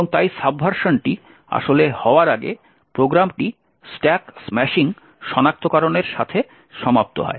এবং তাই সাবভার্সনটি আসলে হওয়ার আগে প্রোগ্রামটি স্ট্যাক স্ম্যাশিং সনাক্তকরণের সাথে সমাপ্ত হয়